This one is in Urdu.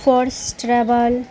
force tribal